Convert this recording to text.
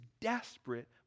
desperate